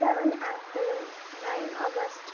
seven April nine August